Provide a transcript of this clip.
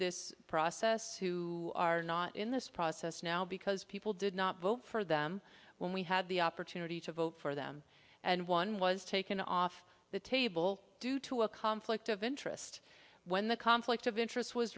this process who are not in this process now because people did not vote for them when we had the opportunity to vote for them and one was taken off the table due to a conflict of interest when the conflict of interest was